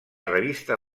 revista